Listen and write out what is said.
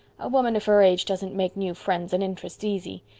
a woman of her age doesn't make new friends and interests easy.